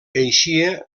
eixia